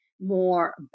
more